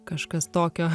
kažkas tokio